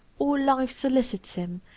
all life solicits him,